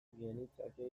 genitzake